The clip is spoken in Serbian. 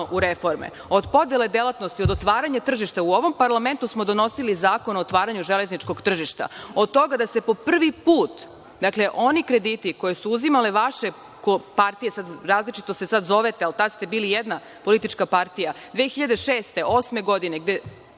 u reforme. Od podele delatnosti do otvaranja tržišta, u ovom parlamentu smo donosili Zakon o otvaranju železničkog tržišta, od toga da se po prvi put, oni krediti koje su uzimale vaše partije, sada se različito zovu, ali ste tada bili jedna politička partija, 2006, 2008. godine da